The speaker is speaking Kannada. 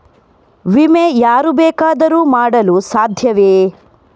ವಿಮೆ ಯಾರು ಬೇಕಾದರೂ ಮಾಡಲು ಸಾಧ್ಯವೇ?